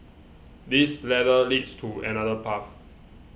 this ladder leads to another path